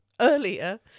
earlier